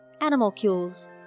animalcules